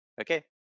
okay